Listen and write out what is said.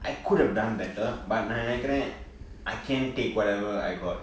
I could have done better but நா நினைக்கிற:naa ninakire I can take whatever I got